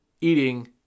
eating